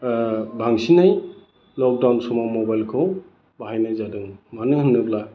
बांसिनै लकडाउन समाव मबाइलखौ बाहायनाय जादों मानो होनोब्ला